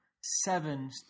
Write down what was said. seven